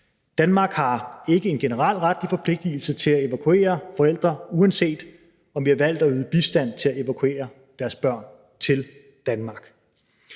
Danmark har ikke en generel retlig forpligtigelse til at evakuere forældre, uanset om vi har valgt at yde bistand til at evakuere deres børn til Danmark.